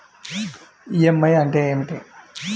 EMI అంటే ఏమిటి?